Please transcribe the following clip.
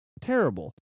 terrible